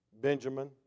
Benjamin